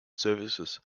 services